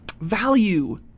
value